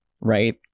right